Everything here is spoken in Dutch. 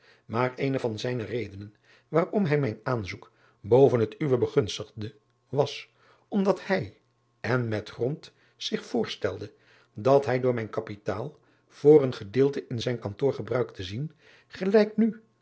maar eene van zijne redenen waarom hij mijn aanzoek boven het uwe begunstigde was omdat hij en met grond zich voorstelde dat hij door mijn kapitaal voor een gedeelte in zijn kantoor gebruikt te zien gelijk nu